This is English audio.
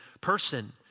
person